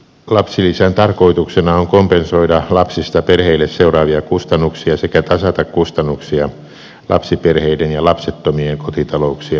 lapsilisän tarkoituksena on kompensoida lapsista perheille seuraavia kustannuksia sekä tasata kustannuksia lapsiperheiden ja lapsettomien kotitalouksien välillä